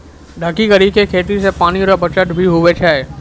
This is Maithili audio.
ढकी करी के खेती से पानी रो बचत भी हुवै छै